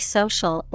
social